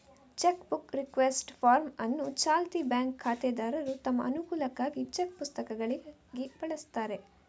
check book request form ಅನ್ನು ಚಾಲ್ತಿ bank ಖಾತೆದಾರರು ತಮ್ಮ ಅನುಕೂಲಕ್ಕಾಗಿ ಚೆಕ್ ಪುಸ್ತಕಗಳಿಗಾಗಿ ಬಳಸ್ತಾರೆ